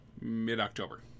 mid-October